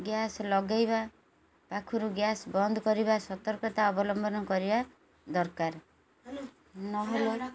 gas ଲଗାଇବା ପାଖରୁ gas ବନ୍ଦ କରିବା ସତର୍କତା ଅବଲମ୍ବନ କରିବା ଦରକାର ନହେଲେ